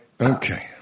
Okay